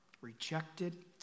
rejected